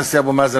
הנשיא אבו מאזן,